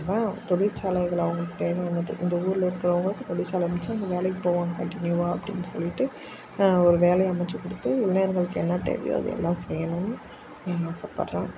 இதுதான் தொழிற்சாலைகள் அவங்களுக்கு தேவையானது இந்த ஊரில் இருக்கிறவங்களுக்கு தொழிற்சாலை அமைச்சு வேலைக்கு போவாங்க கண்டினியூவாக அப்படின்னு சொல்லிட்டு ஒரு வேலை அமைச்சு கொடுத்து முன்னேறறதுக்கு என்ன தேவையோ அதை எல்லாம் செய்யணும்னு நான் ஆசைப்படறேன்